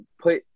put